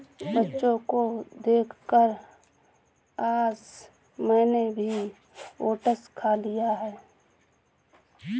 बच्चों को देखकर आज मैंने भी ओट्स खा लिया